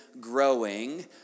growing